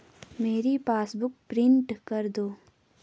मेरी passbook print कर दो